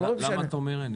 למה אתה אומר את זה?